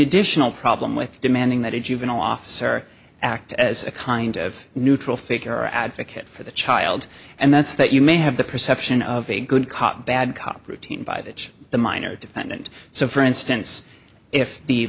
additional problem with demanding that a juvenile officer act as a kind of neutral figure advocate for the child and that's that you may have the perception of a good cop bad cop routine by the judge the minor defendant so for instance if the